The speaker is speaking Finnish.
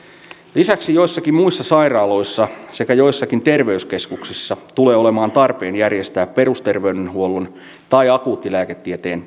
lisäksi joissakin muissa sairaaloissa sekä joissakin terveyskeskuksissa tulee olemaan tarpeen järjestää perusterveydenhuollon tai akuuttilääketieteen